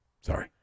Sorry